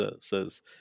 says